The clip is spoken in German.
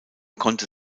konnte